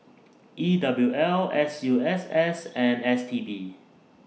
E W L S U S S and S T B